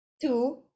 two